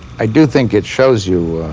i do think it shows you